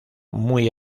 muy